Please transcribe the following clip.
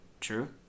True